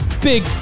big